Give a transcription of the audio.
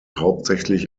hauptsächlich